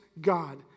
God